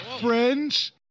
friends